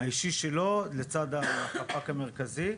האישי שלו לצדק החפ"ק המרכזי.